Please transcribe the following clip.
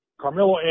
Carmelo